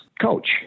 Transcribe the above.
coach